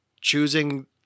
choosing